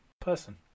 person